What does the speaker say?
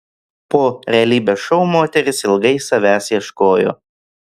po realybės šou moteris ilgai savęs ieškojo